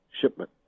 shipment